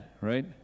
right